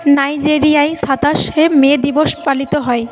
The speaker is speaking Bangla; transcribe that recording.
নাইজেরিয়ায় সাতাশে মে দিবস পালিত হয়